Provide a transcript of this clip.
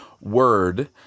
word